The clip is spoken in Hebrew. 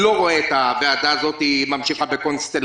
אני לא רואה את הוועדה הזאת ממשיכה בקונסטלציה